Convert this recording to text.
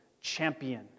champion